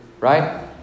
Right